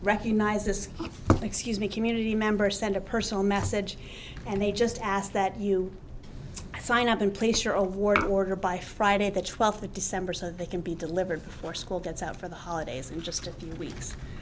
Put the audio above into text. recognize this excuse me community members send a personal message and they just ask that you sign up and place your award order by friday the twelfth of december so they can be delivered before school gets out for the holidays in just a few weeks